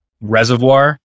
reservoir